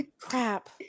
Crap